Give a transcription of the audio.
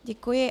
Děkuji.